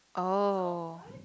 oh